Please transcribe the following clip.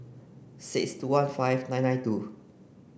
six two one five nine nine two